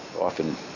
often